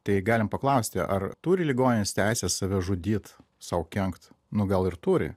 tai galim paklausti ar turi ligonis teisę save žudyt sau kenkt nu gal ir turi